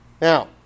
Now